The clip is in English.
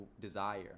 desire